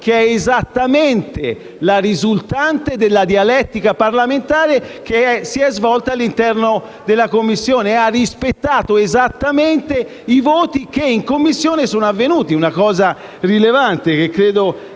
che è esattamente la risultante della dialettica parlamentare che si è svolta all'interno della Commissione, ed ha rispettato esattamente i voti che in Commissione sono avvenuti: una cosa rilevante che credo